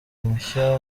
mushya